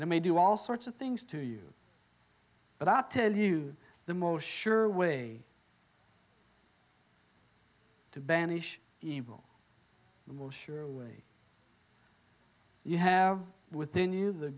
it may do all sorts of things to you but i'll tell you the most sure way to banish evil will surely you have within you the